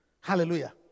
Hallelujah